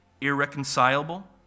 irreconcilable